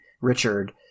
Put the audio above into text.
Richard